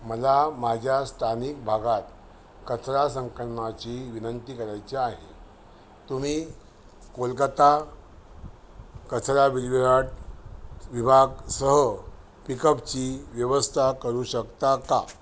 मला माझ्या स्थानिक भागात कचरा संकलनाची विनंती करायची आहे तुम्ही कोलकाता कचरा विल्हेवाट विभागासह पिकअपची व्यवस्था करू शकता का